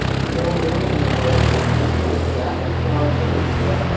so many of these works were produced in lithographic form in india,